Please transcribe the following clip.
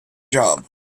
job